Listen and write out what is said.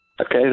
Okay